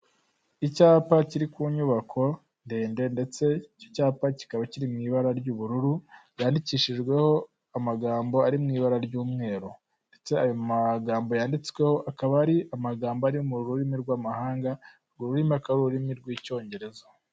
Icyapa kiri ku nyubako ndende ndetse icyo cyapa kikaba kiri mu ibara ry'ubururu cyandikishijweho amagambo ari mu ibara ry'umweru, ndetse ayo magambo yanditsweho akaba ari amagambo ari mu rurimi rw'amahanga, urwo rurimi aka ari ururimi rw'icyongereza.